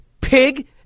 pig